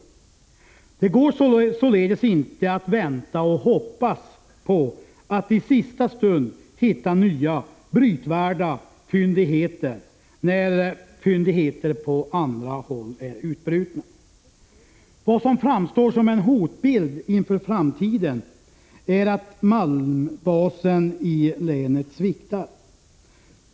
Det går således inte att vänta och hoppas på att i sista stund hitta nya brytvärda fyndigheter när fyndigheter på andra håll är utbrutna. Vad som framstår som en hotbild inför framtiden är att malmbasen i länet sviktar.